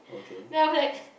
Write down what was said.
then after that